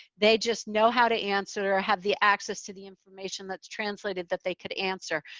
they just know how to answer or have the access to the information that's translated that they could answer.